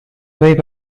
võib